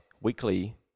weekly